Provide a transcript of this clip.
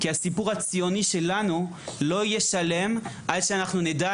כי הסיפור הציוני שלנו לא יהיה שלם עד שאנחנו לא נדע